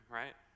right